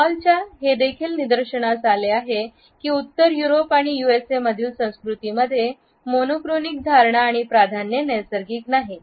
hall च्या हे देखील निदर्शनास आले आहे की उत्तर युरोप आणि यूएसए मधील संस्कृती मध्ये मोनोक्रॉनिक धारणा आणि प्राधान्ये नैसर्गिक नाहीत